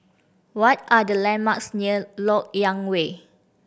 what are the landmarks near Lok Yang Way